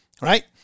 right